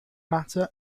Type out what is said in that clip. matter